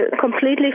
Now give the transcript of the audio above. completely